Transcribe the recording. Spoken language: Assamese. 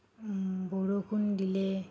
বৰষুণ দিলে